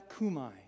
kumai